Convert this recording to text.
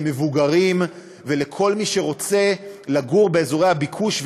למבוגרים ולכל מי שרוצה לגור באזורי הביקוש.